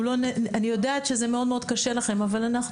אני יודעת שזה מאוד מאוד קשה לכן אבל אנחנו